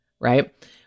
right